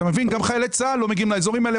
אתה מבין, גם חיילי צה"ל לא מגיעים לאזורים האלה.